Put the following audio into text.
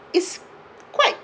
it's quite